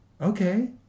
Okay